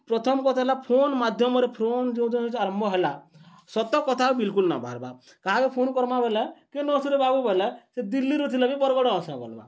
ପ୍ରଥମ କଥା ହେଲା ଫୋନ ମାଧ୍ୟମରେ ଫୋନ ଯେଉଁ ଆରମ୍ଭ ହେଲା ସତ କଥା ବିଲକୁଲ୍ ନ ବାହାରିବା କାହାକୁ ଫୋନ କର୍ମା ବେଲେ କେ ବାବୁ ବେଲେ ସେ ଦିଲ୍ଲୀରୁ ଥିଲା ବି ବରଗଡ଼ ଅଶା ବଲବା